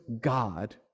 God